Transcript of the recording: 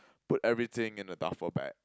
put everything in a duffel bag